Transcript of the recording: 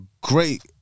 great